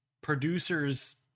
producer's